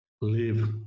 live